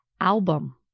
album